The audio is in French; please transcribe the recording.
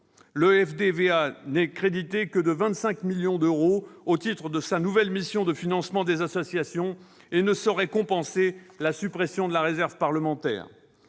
Le FDVA n'est crédité que de 25 millions d'euros au titre de sa nouvelle mission de financement des associations et ne saurait compenser la suppression de la réserve parlementaire.